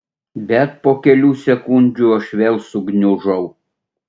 bet po kelių sekundžių aš vėl sugniužau